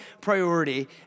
priority